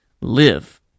live